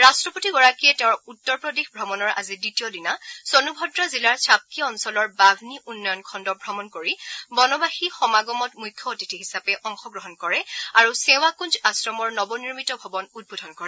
ৰাট্টপতিগৰাকীয়ে তেওঁৰ উত্তৰপ্ৰদেশ ভ্ৰমণৰ আজি দ্বিতীয় দিনা চনোভদ্ৰা জিলাৰ চাপকি অঞ্চলৰ বাত্নী উন্নয়ন খণ্ড ভ্ৰমণ কৰি বনবাসী সমাগমত মুখ্য অতিথি হিচাপে অংশগ্ৰহণ কৰে আৰু সেৱাকুঞ্জ আশ্ৰমৰ নৱনিৰ্মিত ভৱন উদ্বোধন কৰে